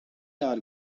are